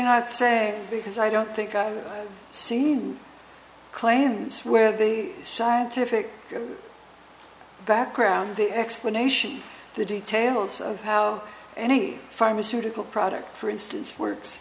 because i don't think i've seen claims where the scientific background the explanation the details of how any pharmaceutical product for instance words